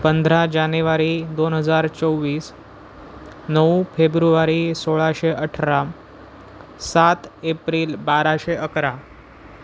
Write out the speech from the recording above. पंधरा जानेवारी दोन हजार चोवीस नऊ फेब्रुवारी सोळाशे अठरा सात एप्रिल बाराशे अकरा